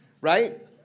right